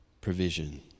provision